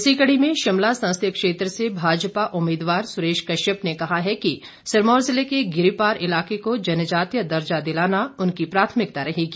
इसी कड़ी में शिमला संसदीय क्षेत्र से भाजपा उम्मीदवार सुरेश कश्यप ने कहा है कि सिरमौर जिले के गिरिपार इलाके को जनजातीय दर्जा दिलाना उनकी प्राथमिकता रहेगी